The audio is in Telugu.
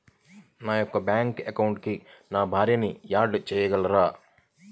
నా యొక్క బ్యాంక్ అకౌంట్కి నా భార్యని యాడ్ చేయగలరా?